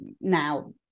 now